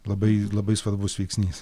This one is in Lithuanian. labai labai svarbus veiksnys